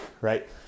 right